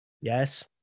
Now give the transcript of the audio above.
Yes